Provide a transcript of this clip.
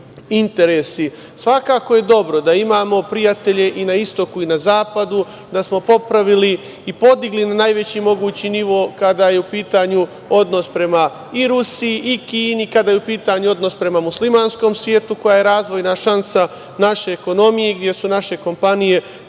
je dobro da imamo prijatelje i na istoku i na zapadu, da smo popravili i podigli na najveći mogući nivo kada je u pitanju odnos prema Rusiji i Kini, kada je u pitanju odnos prema muslimanskom svetu koja je razvojna šansa naše ekonomije, gde su naše kompanije